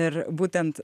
ir būtent